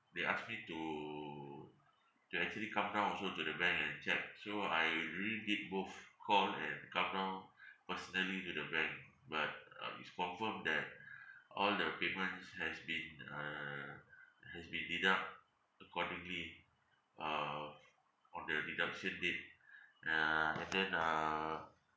they asked me to to actually come down also to the bank and check so I already did both call and come down personally to the bank but um it's confirmed that all the payments has been uh has been deduct accordingly uh on the deduction date uh and then uh